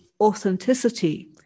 authenticity